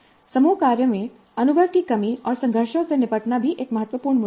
समूह कार्य में अनुभव की कमी और संघर्षों से निपटना भी एक महत्वपूर्ण मुद्दा है